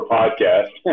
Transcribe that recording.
podcast